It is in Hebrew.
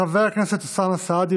חבר הכנסת אוסאמה סעדי,